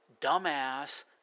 Dumbass